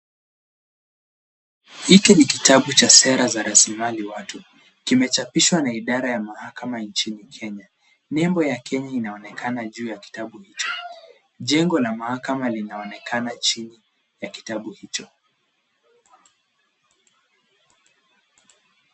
Hiki ni kitabu cha sera za raslimali watu. Kimechapishwa na idara ya mahakama nchini Kenya. Nembo ya Kenya inaonekana juu ya kitabu hicho. Jengo la mahakama linaonekana chini ya kitabu hicho.